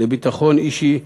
לביטחון אישי,